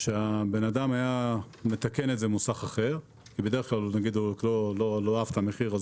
- הבן אדם היה מתקן במוסך אחר אליו הוא הלך אם הוא לא אהב את המחיר,